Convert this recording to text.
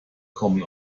kommen